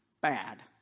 bad